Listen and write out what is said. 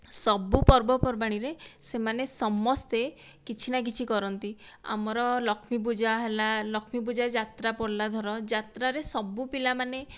ସବୁ ପର୍ବ ପର୍ବାଣୀରେ ସେମାନେ ସମସ୍ତେ କିଛି ନା କିଛି କରନ୍ତି ଆମର ଲକ୍ଷ୍ମୀ ପୂଜା ହେଲା ଲକ୍ଷ୍ମୀ ପୂଜା ଯାତ୍ରା ପଡ଼ିଲା ଧର ଯାତ୍ରାରେ ସବୁ ପିଲା ମାନେ